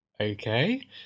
Okay